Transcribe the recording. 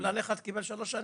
--- קבלן אחד קיבל שלוש שנים?